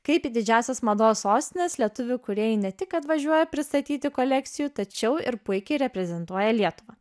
kaip į didžiąsias mados sostines lietuvių kūrėjai ne tik atvažiuoja pristatyti kolekcijų tačiau ir puikiai reprezentuoja lietuvą